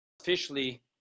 officially